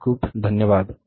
खूप खूप धन्यवाद